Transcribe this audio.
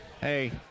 Hey